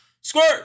Squirt